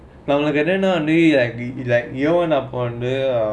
now நம்பளக்கே என்ன நான்:nambalakkae enna naan year one அப்போ வந்து:appo vanthu